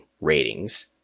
ratings